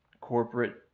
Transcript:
Corporate